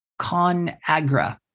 Conagra